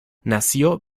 nació